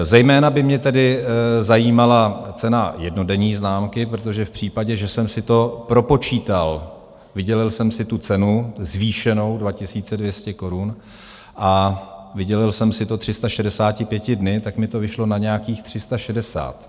Zejména by mě tedy zajímala cena jednodenní známky, protože v případě, že jsem si to propočítal, vydělil jsem si tu cenu zvýšenou, 2 200 korun a vydělil jsem si to 365 dny, tak mi to vyšlo na nějakých 360 (?).